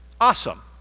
awesome